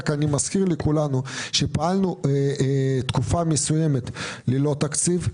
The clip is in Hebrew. רק אני מזכיר לכולם שפעלנו תקופה מסוימת ללא תקציב.